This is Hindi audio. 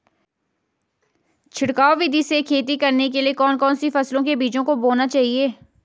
छिड़काव विधि से खेती करने के लिए कौन कौन सी फसलों के बीजों को बोना चाहिए?